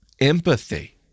Empathy